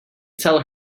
tell